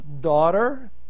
daughter